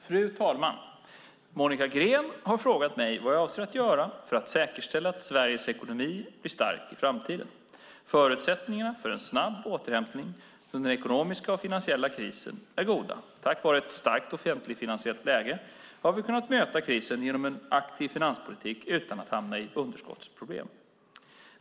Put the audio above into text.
Fru talman! Monica Green har frågat mig vad jag avser att göra för att säkerställa att Sveriges ekonomi blir stark i framtiden. Förutsättningarna för en snabb återhämtning från den ekonomiska och finansiella krisen är goda. Tack vare ett starkt offentligfinansiellt läge har vi kunnat möta krisen genom en aktiv finanspolitik utan att hamna i underskottsproblem.